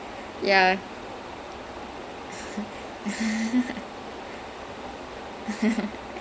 I remember someone told me that then I was just like உங்களுக்கு எல்லாம்:ungaluku ellaam title வேற இருக்காடா ஏன் இப்படி இருக்கீங்க:vera irukkaadaa yaen ippadi irukeenga